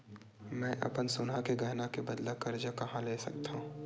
मेंहा अपन सोनहा के गहना के बदला मा कर्जा कहाँ ले सकथव?